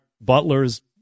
Butler's